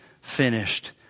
finished